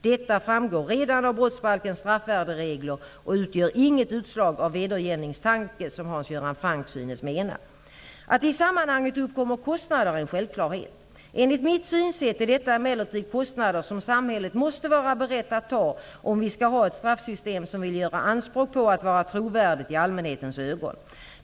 Detta framgår redan av brottsbalkens straffvärderegler och utgör inget utslag av vedergällningstänkande, som Hans Göran Franck synes mena. Att det i sammanhanget uppkommer kostnader är en självklarhet. Enligt mitt synsätt är det emellertid kostnader som samhället måste vara berett att ta, om vi skall ha ett straffsystem som vill göra anspråk på att vara trovärdigt i allmänhetens ögon.